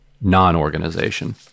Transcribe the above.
non-organization